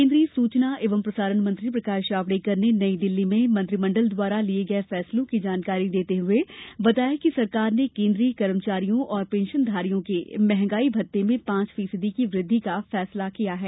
केन्द्रीय सूचना एवं प्रसारण मंत्री प्रकाश जावड़कर ने नई दिल्ली में मंत्रिमण्डल द्वारा लिये गये फैसलों की जानकारी देते हुए बताया कि सरकार ने केन्द्रीय कर्मचारियों और पेंशनधारियों के मंहगाई भत्ते में पांच फीसदी की वृद्धि करने का फैसला किया है